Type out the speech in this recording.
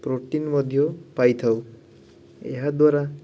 protein ମଧ୍ୟ ପାଇଥାଉ ଏହା ଦ୍ଵାରା